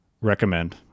recommend